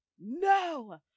No